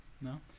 No